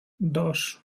dos